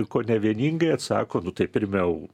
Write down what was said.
kone vieningai atsako nu tai pirmiau